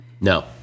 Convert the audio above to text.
no